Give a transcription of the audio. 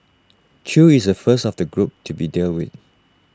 chew is the first of the group to be dealt with